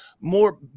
more